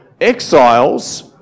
exiles